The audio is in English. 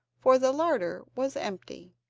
for the larder was empty.